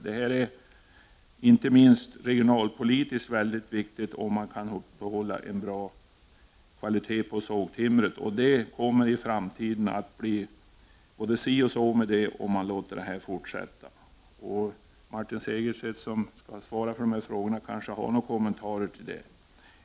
Det är inte minst regionalpolitiskt mycket viktigt om man kan uppehålla en bra kvalitet på sågtimret, och det kommer i framtiden att bli litet si och så med den, om man låter utvecklingen fortsätta. Martin Segerstedt, som skall beröra dessa frågor, har kanske några kommentarer till detta.